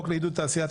קצוב),